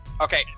Okay